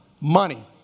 Money